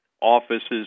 offices